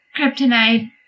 Kryptonite